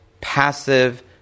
passive